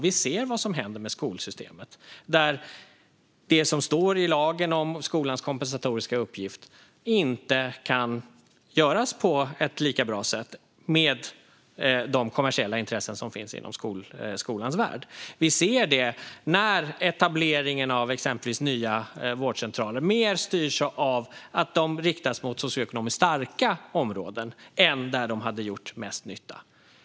Vi ser vad som händer med skolsystemet. Det som står i lagen om skolans kompensatoriska uppgift kan inte göras på ett lika bra sätt med de kommersiella intressen som finns inom skolans värld. Vi ser det när etableringen av exempelvis nya vårdcentraler mer styrs mot socioekonomiskt starka områden än mot de områden där de hade gjort mest nytta.